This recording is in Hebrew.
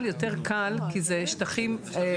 תגיד מה אתה מציע.